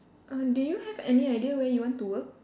uh do you have any idea where you want to work